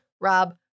Rob